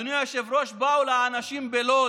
אדוני היושב-ראש, באו לאנשים בלוד,